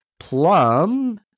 plum